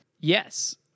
Yes